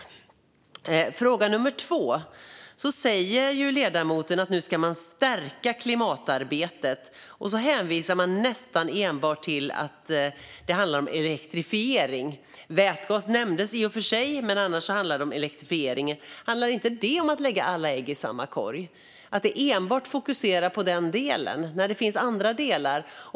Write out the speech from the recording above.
Nu kommer fråga nummer två. Ledamoten säger att man ska stärka klimatarbetet men hänvisar nästan enbart till elektrifiering. Vätgas nämndes i och för sig, men annars handlade det om elektrifiering. Är inte det att lägga alla ägg i samma korg att enbart fokusera på den delen?